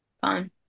fine